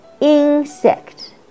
insect